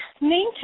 main